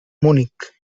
munic